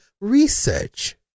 research